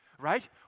right